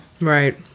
Right